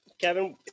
Kevin